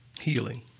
Healing